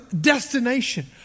destination